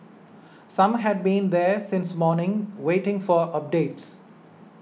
some had been there since morning waiting for updates